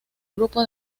grupo